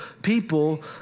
people